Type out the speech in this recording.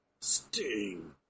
Sting